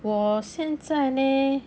我现在 leh